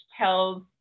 tells